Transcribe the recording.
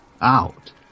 out